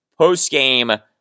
postgame